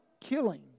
killing